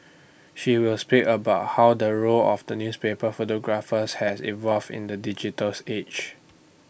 she will speak about how the role of the newspaper photographers has evolved in the digital age